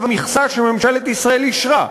המכסה שממשלת ישראל אישרה,